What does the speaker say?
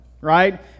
right